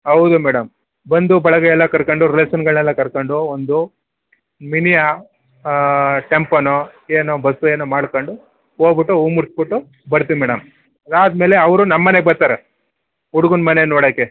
ಹೌದು ಮೇಡಮ್ ಬಂಧು ಬಳಗ ಎಲ್ಲ ಕರ್ಕೊಂಡು ರಿಲೇಶನ್ಗಳನ್ನೆಲ್ಲ ಕರ್ಕೊಂಡು ಒಂದು ಮಿನಿ ಆ ಟೆಂಪನೋ ಏನೋ ಬಸ್ಸು ಏನೋ ಮಾಡ್ಕೊಂಡು ಹೋಬುಟ್ಟು ಹೂವು ಮುಡ್ಸ್ಬಿಟ್ಟು ಬರ್ತೀವಿ ಮೇಡಮ್ ಅದು ಆದ ಮೇಲೆ ಅವರು ನಮ್ಮ ಮನೆಗೆ ಬರ್ತಾರೆ ಹುಡ್ಗುನ ಮನೆ ನೋಡೋಕೆ